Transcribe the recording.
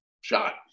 shot